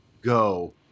Go